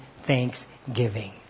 thanksgiving